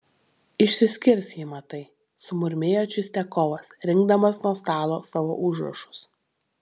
išsiskirs ji matai sumurmėjo čistiakovas rinkdamas nuo stalo savo užrašus